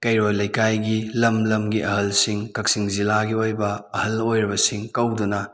ꯀꯩꯔꯣꯏ ꯂꯩꯀꯥꯏꯒꯤ ꯂꯝ ꯂꯝꯒꯤ ꯑꯍꯜꯁꯤꯡ ꯀꯛꯆꯤꯡ ꯖꯤꯜꯂꯥꯒꯤ ꯑꯣꯏꯕ ꯑꯍꯜ ꯑꯣꯏꯔꯕꯁꯤꯡ ꯀꯧꯗꯨꯅ